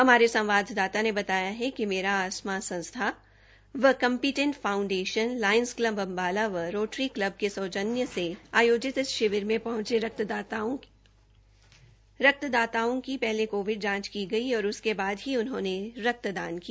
हमारे संवाददाता ने बताया कि मेरा आसमान संस्था व competent foundation lions club Ambala व रोटरी कल्ब के सौजन्य से आयोजित इस शिविर में पहंचे रक्तदाताओं की पहले कोविड जांच कीग गई और उसक बाद उन्होंने रक्तदान किया